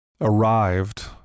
arrived